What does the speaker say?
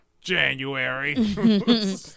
January